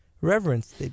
reverence